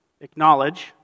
Acknowledge